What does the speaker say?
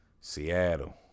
Seattle